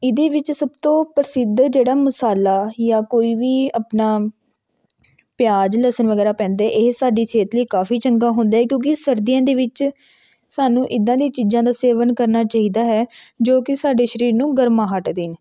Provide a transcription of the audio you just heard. ਇਹਦੇ ਵਿੱਚ ਸਭ ਤੋਂ ਪ੍ਰਸਿੱਧ ਜਿਹੜਾ ਮਸਾਲਾ ਜਾਂ ਕੋਈ ਵੀ ਆਪਣਾ ਪਿਆਜ ਲਸਣ ਵਗੈਰਾ ਪੈਂਦੇ ਇਹ ਸਾਡੀ ਸਿਹਤ ਲਈ ਕਾਫੀ ਚੰਗਾ ਹੁੰਦਾ ਕਿਉਂਕਿ ਸਰਦੀਆਂ ਦੇ ਵਿੱਚ ਸਾਨੂੰ ਇਦਾਂ ਦੀਆਂ ਚੀਜ਼ਾਂ ਦਾ ਸੇਵਨ ਕਰਨਾ ਚਾਹੀਦਾ ਹੈ ਜੋ ਕਿ ਸਾਡੇ ਸਰੀਰ ਨੂੰ ਗਰਮਾਹਟ ਦੇਣ